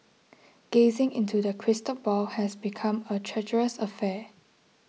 gazing into the crystal ball has become a treacherous affair